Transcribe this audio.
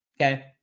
Okay